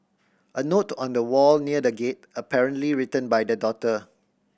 a note on a wall near the gate apparently written by the daughter